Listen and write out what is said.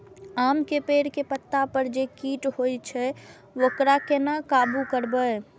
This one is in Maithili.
आम के पेड़ के पत्ता पर जे कीट होय छे वकरा केना काबू करबे?